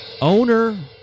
Owner